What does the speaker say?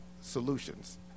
solutions